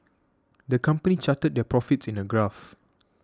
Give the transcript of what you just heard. the company charted their profits in a graph